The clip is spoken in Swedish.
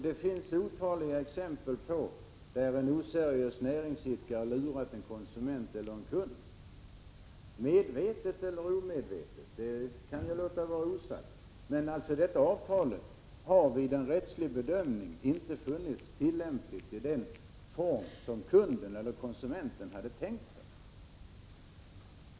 Det finns otaliga exempel på att en oseriös näringsidkare lurat en konsument eller kund — om medvetet eller omedvetet skall jag låta vara osagt — och avtalet vid en rättslig bedömning inte befunnits tillämpligt i den form som kunden eller konsumenten hade tänkt sig.